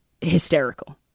hysterical